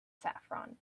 saffron